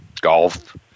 golf